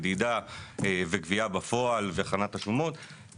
מדידה והכנת השומות,